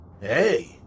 Hey